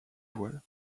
voiles